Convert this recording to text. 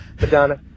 Madonna